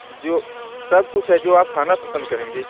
जो सब कुछ है जो आप खाना पसंद करेंगे